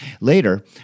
Later